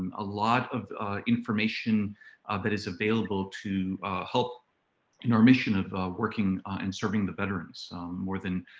um a lot of information that is available to help in our mission of working in serving the veterans more than